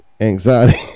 anxiety